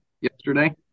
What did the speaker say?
yesterday